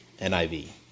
NIV